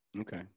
Okay